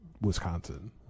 Wisconsin